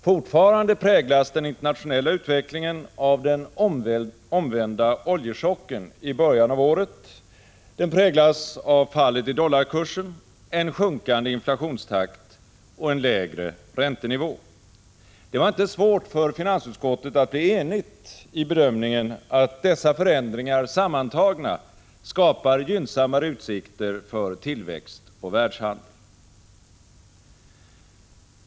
Fortfarande präglas den internationella utvecklingen av den omvända oljechocken i början av året, av fallet i dollarkursen, en sjunkande inflationstakt och en lägre räntenivå. Det var inte svårt för finansutskottet att bli enigt om bedömningen att dessa förändringar sammantagna skapar gynnsammare utsikter för tillväxt och världshandel.